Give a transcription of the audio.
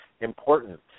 important